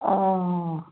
অঁ